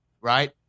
right